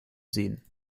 sehen